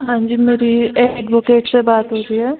हांजी मेरी एडवोकेट से बात हो रही है